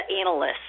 analysts